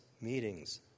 meetings